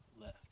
left